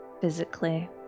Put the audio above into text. physically